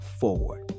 forward